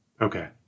okay